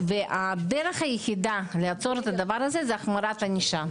הדרך היחידה לעצור את הדבר הזה החמרת ענישה.